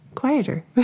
quieter